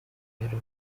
werurwe